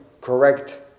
correct